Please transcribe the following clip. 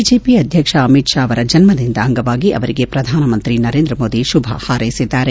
BJP ಅಧ್ಯಕ್ಷ ಅಮಿತ್ ಶಾ ಅವರ ಜನ್ಮದಿನದ ಅಂಗವಾಗಿ ಅವರಿಗೆ ಪ್ರಧಾನಮಂತ್ರಿ ನರೇಂದ್ರ ಮೋದಿ ಶುಭ ಹಾರೈಸಿದ್ದಾರೆ